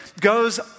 goes